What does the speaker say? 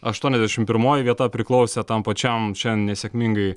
aštuoniasdešim pirmoji vieta priklausė tam pačiam šiandien nesėkmingai